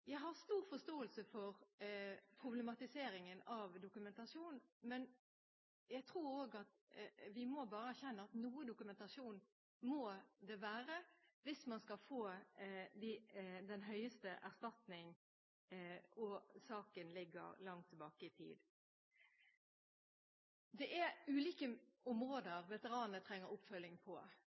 Jeg har stor forståelse for problematiseringen av dokumentasjonen, men jeg tror vi bare må erkjenne at noe dokumentasjon må det være hvis man skal få den høyeste erstatning og saken ligger langt tilbake i tid. Det er ulike områder veteranene trenger oppfølging på. Erstatning er veldig viktig. Anerkjennelse, som representanten Eriksen Søreide var inne på,